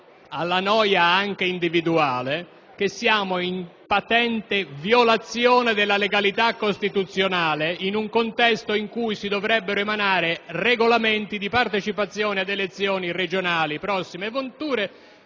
alla noia, anche individuale, che siamo in patente violazione della legalità costituzionale in un contesto in cui si dovrebbero emanare regolamenti di partecipazione ad elezioni regionali prossime venture